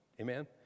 Amen